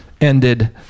ended